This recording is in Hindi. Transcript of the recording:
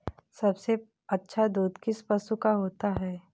सबसे अच्छा दूध किस पशु का होता है?